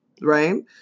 right